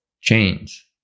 change